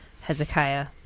Hezekiah